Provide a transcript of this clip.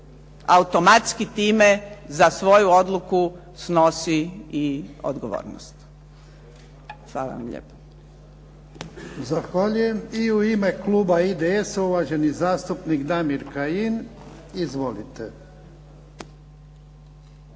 automatski time za svoju odluku snosi i odgovornost. Hvala vam lijepa. **Jarnjak, Ivan (HDZ)** Zahvaljujem. I u ime kluba IDS-a uvaženi zastupnik Damir Kajin. Izvolite.